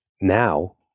now